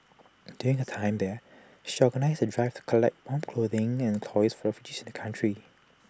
during her time there she organised A drive to collect warm clothing and toys for refugees in the country